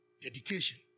Dedication